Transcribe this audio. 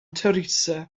teresa